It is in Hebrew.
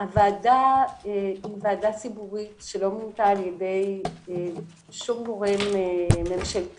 הוועדה היא ועדה ציבורית שלא מונתה על ידי שום גורם ממשלתי,